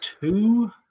two